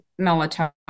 melatonin